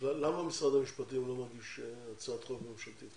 למה משרד המשפטים לא מגיש הצעת חוק ממשלתיתצ?